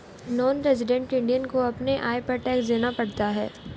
non resident Indian को अपने आय पर टैक्स देना पड़ता है